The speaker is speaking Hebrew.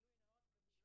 לא מזמינים אותנו.